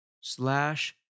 slash